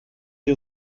sie